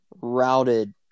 routed